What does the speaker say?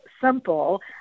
simple